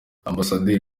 ambasaderi